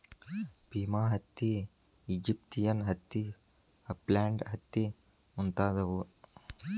Pima ಹತ್ತಿ, Egyptian ಹತ್ತಿ, upland ಹತ್ತಿ ಮುಂತಾದವು